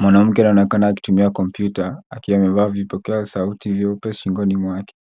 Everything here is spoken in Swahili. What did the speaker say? Mwanamke anaonekana akitumia kompyuta, akiwa amevaa vipokea sauti vyeupe shingoni mwake.